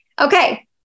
Okay